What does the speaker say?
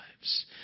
lives